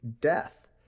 death